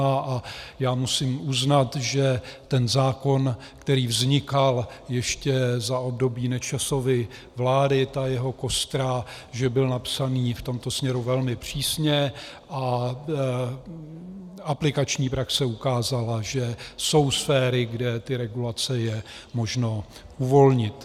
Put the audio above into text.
A já musím uznat, že ten zákon, který vznikal ještě za období Nečasovy vlády, ta jeho kostra, byl napsaný v tomto směru velmi přísně a aplikační praxe ukázala, že jsou sféry, kde regulace je možno uvolnit.